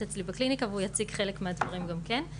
אצלי בקליניקה והוא יציג חלק מהדברים גם כן.